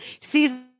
Season